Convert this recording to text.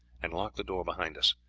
and lock the door behind us.